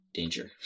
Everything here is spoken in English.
danger